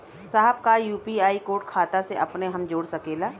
साहब का UPI code खाता से अपने हम जोड़ सकेला?